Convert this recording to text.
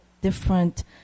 different